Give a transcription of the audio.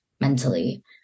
mentally